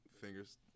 fingers